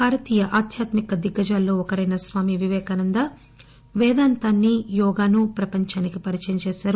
భారతీయ ఆధ్యాత్మిక దిగ్గజాల్లో ఒకరైన స్వామి విపేకానంద పేదాంతాన్ని యోగాను ప్రపంచానికి పరిచయం చేశారు